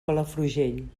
palafrugell